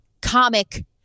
comic